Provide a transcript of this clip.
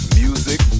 music